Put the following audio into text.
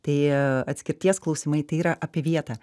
tai atskirties klausimai tai yra apie vietą